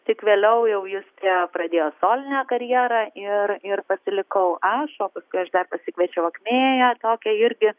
tik vėliau jau justė pradėjo solinę karjerą ir ir pasilikau ant sofos aš o paskui aš dar pasikviečiau akmėją tokią irgi